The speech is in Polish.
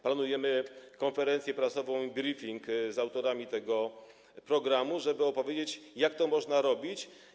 Planujemy konferencję prasową i briefing z autorami tego programu, żeby opowiedzieć, jak to można robić.